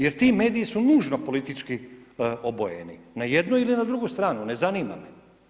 Jer ti mediji su nužno politički obojeni, na jednu ili na drugu stranu, ne zanima me.